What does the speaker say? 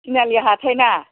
तिनालि हाथायना